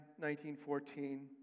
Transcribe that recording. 1914